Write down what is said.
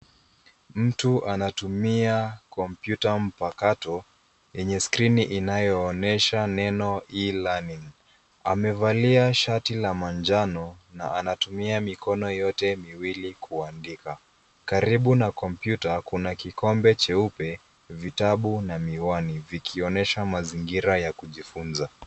Mtu anatumia kompyuta mpakato yenye skrini inayoonyesha neno E-Learning . Amevalia shati la manjano na anatumia mikono yote miwili kuandika. Karibu na kompyuta kuna kikombe cheupe, vitabu na miwani zikionyesha mazingira ya kujifunza.